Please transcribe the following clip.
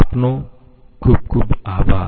આપનો ખૂબ ખૂબ આભાર